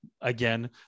Again